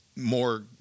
More